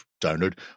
download